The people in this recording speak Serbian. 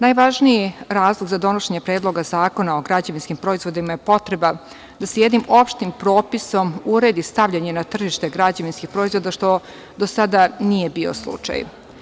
Najvažniji razlog za donošenje Predloga zakona o građevinskim proizvodima je potreba da se jednim opštim propisom uredi stavljanje na tržište građevinskih proizvoda, što do sada nije bio slučaj.